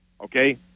okay